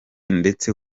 ndetse